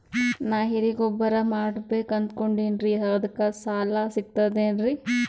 ನಾ ಎರಿಗೊಬ್ಬರ ಮಾಡಬೇಕು ಅನಕೊಂಡಿನ್ರಿ ಅದಕ ಸಾಲಾ ಸಿಗ್ತದೇನ್ರಿ?